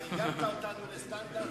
הרגלת אותנו לסטנדרד,